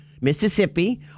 Mississippi